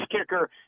kicker